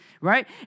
right